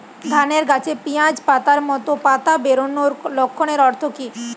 ধানের গাছে পিয়াজ পাতার মতো পাতা বেরোনোর লক্ষণের অর্থ কী?